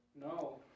No